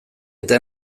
eta